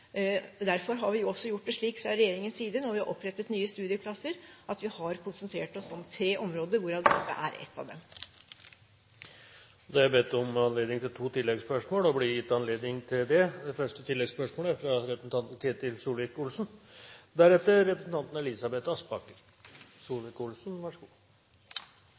Derfor har vi gjort det slik fra regjeringens side når vi har opprettet nye studieplasser, at vi har konsentrert oss om tre områder, hvorav dette er ett av dem. Det blir gitt anledning til tre oppfølgingsspørsmål – først Ketil Solvik-Olsen. Etterspørselen etter ingeniører, teknologer og